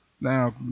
Now